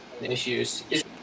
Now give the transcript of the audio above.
issues